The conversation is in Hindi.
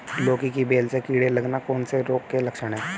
लौकी की बेल में कीड़े लगना कौन से रोग के लक्षण हैं?